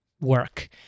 work